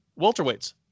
welterweights